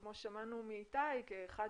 כמו ששמענו מאיתי, כאחד